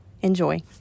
Enjoy